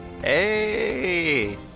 Hey